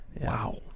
Wow